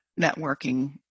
networking